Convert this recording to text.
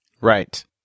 Right